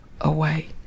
away